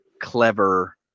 clever